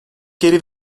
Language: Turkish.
geri